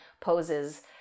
poses